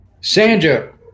Sandra